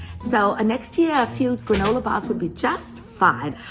so next year, a few granola bars would be just fine.